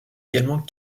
également